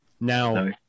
Now